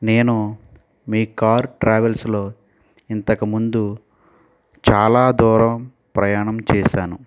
నేను మీ కార్ ట్రావెల్స్లో ఇంతకుముందు చాలా దూరం ప్రయాణం చేశాను